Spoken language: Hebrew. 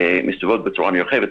ומסתובבות בצורה נרחבת.